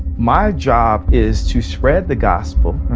my job is to spread the gospel